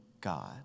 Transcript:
God